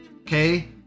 Okay